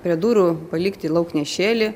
prie durų palikti lauknešėlį